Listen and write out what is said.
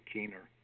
Keener